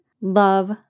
love